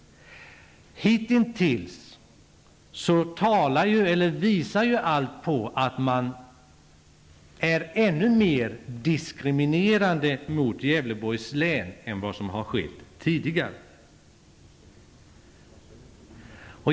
Hitintills visar allt på att man är ännu mer diskriminerande mot Gävleborgs län än vad som varit fallet tidigare.